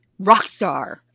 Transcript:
Rockstar